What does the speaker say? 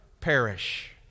perish